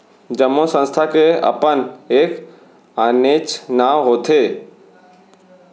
जम्मो संस्था के अपन एक आनेच्च नांव होथे